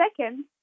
Second